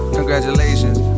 Congratulations